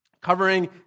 covering